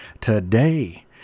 today